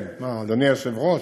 ראית?